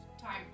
time